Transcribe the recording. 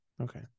Okay